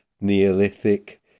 neolithic